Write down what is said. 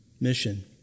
mission